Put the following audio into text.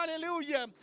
hallelujah